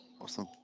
awesome